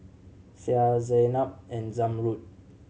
Syah Zaynab and Zamrud